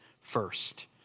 first